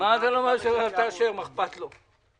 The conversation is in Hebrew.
מה אכפת לו?